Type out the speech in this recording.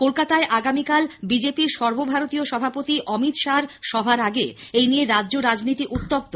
কলকাতায় আগামীকাল বিজেপির সর্বভারতীয় সভাপতি অমিত শাহর সভার আগে এনিয়ে রাজ্য রাজনীতি উত্তপ্ত